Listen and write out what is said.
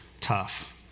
tough